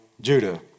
judah